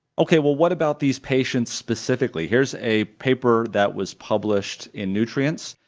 okay, well, what about these patients specifically? here's a paper that was published in nutrients,